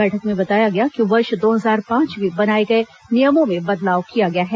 बैठक में बताया गया कि वर्ष दो हजार पांच में बनाए गए नियमों में बदलाव किया गया है